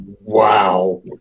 Wow